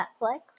Netflix